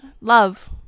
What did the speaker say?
love